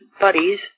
buddies